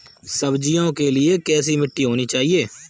सब्जियों के लिए कैसी मिट्टी होनी चाहिए?